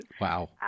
Wow